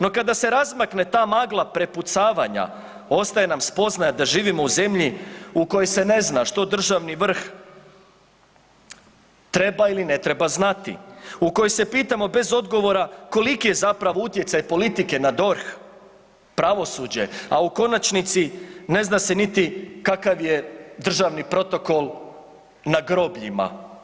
No, kada se razmakne ta magla prepucavanja ostaje nam spoznaja da živimo u zemlji u kojoj se ne zna što državni vrh treba ili ne treba znati, u kojoj se pitamo bez odgovora koliki je zapravo utjecaj politike na DORH, pravosuđe, a u konačnici ne zna se niti kakav je državni protokol na grobljima.